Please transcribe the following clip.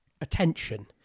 attention